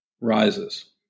rises